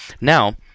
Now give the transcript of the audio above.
Now